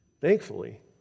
Thankfully